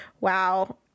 Wow